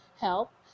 help